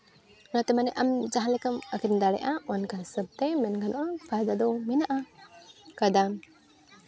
ᱚᱱᱟᱛᱮ ᱢᱟᱱᱮ ᱟᱢ ᱡᱟᱦᱟᱸ ᱞᱮᱠᱟᱢ ᱟᱹᱠᱷᱨᱤᱧ ᱫᱟᱲᱮᱭᱟᱜᱼᱟ ᱚᱱᱠᱟ ᱦᱤᱥᱟᱹᱵ ᱛᱮ ᱢᱮᱱ ᱜᱟᱱᱚᱜᱼᱟ ᱯᱷᱟᱭᱫᱟ ᱫᱚ ᱢᱮᱱᱟᱜᱼᱟ ᱯᱷᱟᱭᱫᱟ